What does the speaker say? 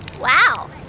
Wow